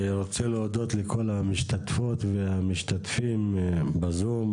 ורוצה להודות לכל המשתתפות והמשתתפים בזום,